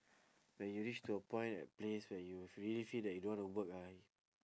when you reach to a point at place where you really feel that you don't want to work ah